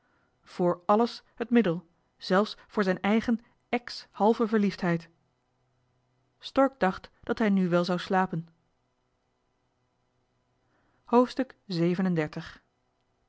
voor àlles het middel zelfs voor zijn eigen ex halve verliefdheid stork dacht dat hij nu wel zou slapen